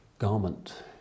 Garment